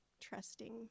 trusting